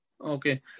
Okay